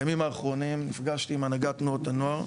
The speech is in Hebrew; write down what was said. בימים האחרונים נפגשתי עם הנהגת תנועות הנוער,